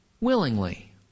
willingly